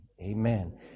amen